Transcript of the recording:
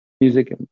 Music